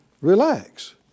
Relax